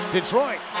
Detroit